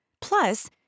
Plus